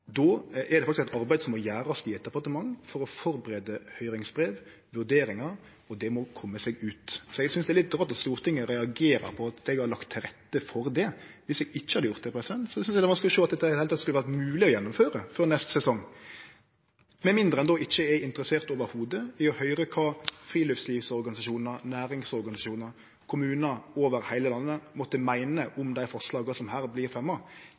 er faktisk eit arbeid som må gjerast i eit departement for å førebu høyringsbrev, vurderingar, og det må kome ut. Så eg synest det er litt rart at Stortinget reagerer på at eg har lagt til rette for det. Dersom eg ikkje hadde gjort det, synest eg det er vanskeleg å sjå at det i det heile skulle vore mogleg å gjennomføre dette før neste sesong, med mindre ein i det heile ikkje er interessert i å høyre kva friluftslivsorganisasjonar, næringsorganisasjonar og kommunar over heile landet måtte meine om dei forslaga som her